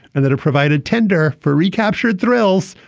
and that it provided tender for recaptured thrills,